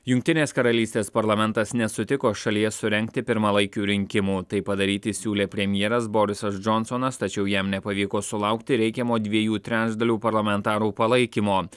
jungtinės karalystės parlamentas nesutiko šalyje surengti pirmalaikių rinkimų tai padaryti siūlė premjeras borisas džonsonas tačiau jam nepavyko sulaukti reikiamo dviejų trečdalių parlamentarų palaikymo